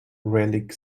rayleigh